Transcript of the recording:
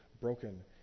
broken